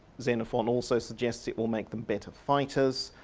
xenophon also suggests it will make them better fighters.